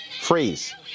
Freeze